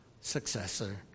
successor